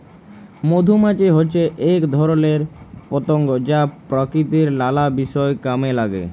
মধুমাছি হচ্যে এক ধরণের পতঙ্গ যা প্রকৃতির লালা বিষয় কামে লাগে